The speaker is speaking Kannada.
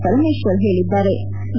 ಪರಮೇಶ್ವರ್ ಹೇಳದ್ದಾರೆ